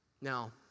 Now